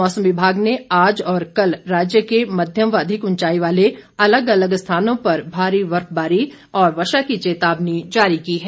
मौसम विभाग ने आज और कल राज्य के मध्यम व अधिक उंचाई वाले अलग अलग स्थानों पर भारी बर्फबारी और वर्षा की चेतावनी जारी की है